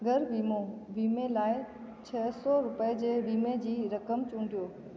घर वीमो वीमे लाइ छह सौ रुपए जी वीमे जी रक़म चूंडियो